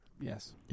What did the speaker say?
Yes